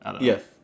Yes